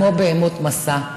כמו בהמות משא.